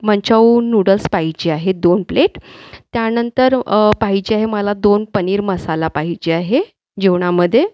manchow noodles पाहिजे आहेत दोन प्लेट त्यानंतर पाहिजे आहे मला दोन पनीर मसाला पाहिजे आहे जेवणामध्ये